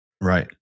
Right